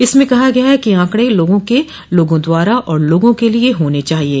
इसमें कहा गया है कि आंकड़े लोगों के लोगों द्वारा और लोगों के लिए होने चाहिएं